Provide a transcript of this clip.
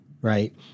right